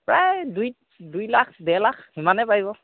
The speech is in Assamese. প্ৰায় দুই দুই লাখ দেৰ লাখ সিমানে পাৰিব